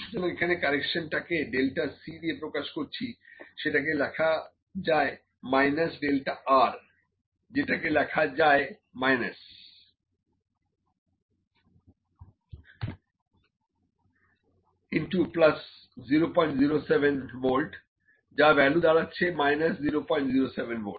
সুতরাং এখানে কারেকশন টাকে ডেল্টা c দিয়ে প্রকাশ করছি সেটা কে লেখা যায় মাইনাস ডেল্টা R যেটাকে লেখা যায় মাইনাস ইন্টু প্লাস 007V যা ভ্যালু দাঁড়াচ্ছে মাইনাস 007V